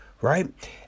Right